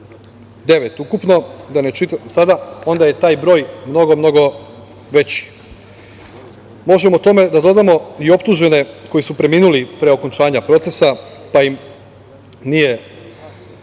sada, onda je taj broj mnogo, mnogo veći. Možemo tome da dodamo i optužene koji su preminuli pre okončanja procesa, pa nisu